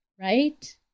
right